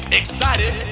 excited